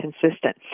consistent